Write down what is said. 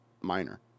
minor